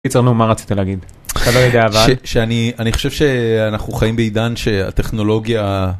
הקיצר, נו מה רצית להגיד? אתה לא יודע אבל... שאני חושב שאנחנו חיים בעידן שהטכנולוגיה...